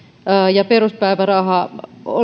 ja peruspäiväraha